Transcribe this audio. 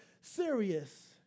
serious